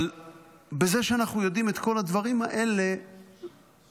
אבל זה שאנחנו יודעים את כל הדברים האלה ומשתדלים